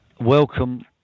welcome